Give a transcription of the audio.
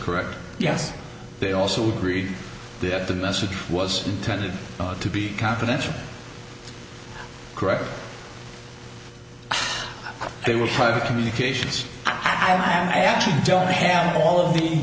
correct yes they also agree that the message was intended to be confidential correct there was private communications i actually don't have all of the